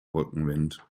rückenwind